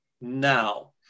now